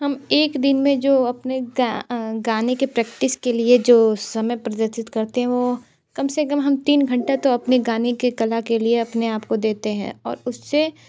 हम एक दिन में जो अपने गाने के प्रैक्टिस के लिए जो समय प्रदर्शित करते हैं वो कम से कम हम तीन घंटा तो अपने गाने के कला के लिए अपने आप को देते हैं और उससे